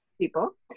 people